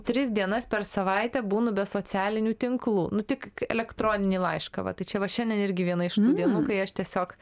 tris dienas per savaitę būnu be socialinių tinklų nu tik elektroninį laišką tai čia va šiandien irgi viena iš tų dienų kai aš tiesiog